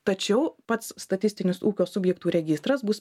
tačiau pats statistinis ūkio subjektų registras bus